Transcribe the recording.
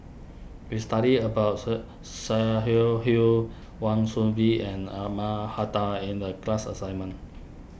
we studied about sir Hull Wan Soon Bee and Ahmad in the class assignment